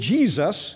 Jesus